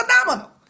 phenomenal